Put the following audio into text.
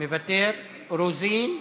מוותר, רוזין,